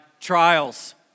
trials